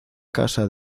casa